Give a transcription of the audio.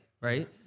Right